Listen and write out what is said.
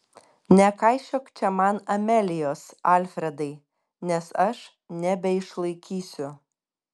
nekaišiok čia man amelijos alfredai nes aš nebeišlaikysiu